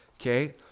Okay